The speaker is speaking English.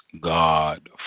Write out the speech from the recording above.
God